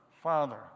father